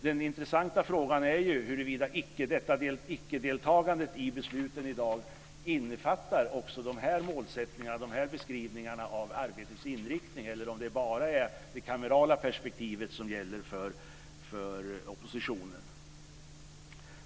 Den intressanta frågan är ju huruvida ickedeltagandet i besluten i dag innefattar också de här beskrivningarna av arbetets inriktning eller om det bara är det kamerala perspektivet som gäller för oppositionen.